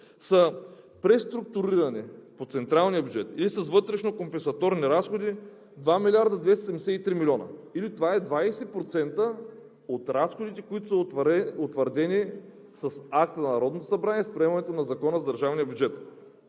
са преструктурирани по централния бюджет и с вътрешно компенсаторни разходи 2 млрд. 273 млн. лв. Това е 20% от разходите, които са утвърдени с акт на Народното събрание, с приемането на Закона за държавния бюджет.